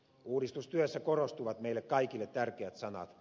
uudistustyössä korostuvat meille kaikille tärkeät sanat